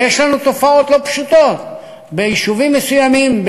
ויש לנו תופעות לא פשוטות ביישובים מסוימים.